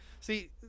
see